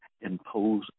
impose